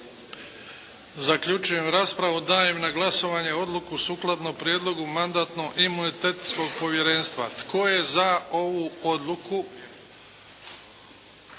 Zaključujem raspravu. Dajem na glasovanje Odluku sukladno prijedlogu Mandatno-imunitetnog povjerenstva. Tko je za ovu odluku?